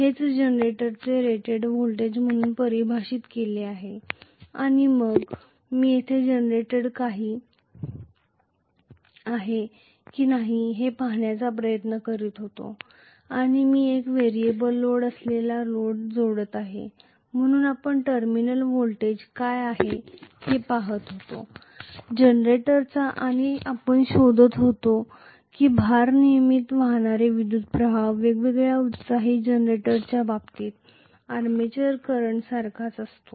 हेच जनरेटरचे rated voltage म्हणून परिभाषित केले आहे आणि मग मी येथे जनरेटर आहे की नाही हे पाहण्याचा प्रयत्न करीत होतो आणि मी एक व्हेरिएबल लोड असलेल्या लोडला जोडत आहे म्हणून आपण जनरेटरचा टर्मिनल व्होल्टेज काय आहे ते पहात होतो आणि आपण शोधत होतो की भारनियमित वाहणारे विद्युतप्रवाह वेगळ्या एक्सायटेड जनरेटरच्या बाबतीत आर्मेचर करंट सारखाच असतो